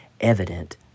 evident